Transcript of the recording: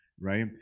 right